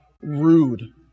rude